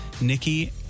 Nikki